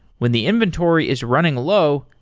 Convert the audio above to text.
when the inventory is running low,